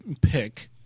pick